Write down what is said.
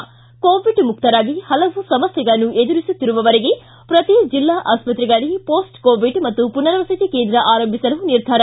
ಿ ಕೋವಿಡ್ ಮುಕ್ತರಾಗಿ ಹಲವು ಸಮಸ್ಯೆಗಳನ್ನು ಎದುರಿಸುತ್ತಿರುವವರಿಗೆ ಪ್ರತಿ ಜಿಲ್ಲಾ ಆಸ್ತ್ರೆಗಳಲ್ಲಿ ಪೋಸ್ಟೆ ಕೋವಿಡ್ ಮತ್ತು ಪುನರ್ವಸತಿ ಕೇಂದ್ರ ಆರಂಭಿಸಲು ನಿರ್ಧಾರ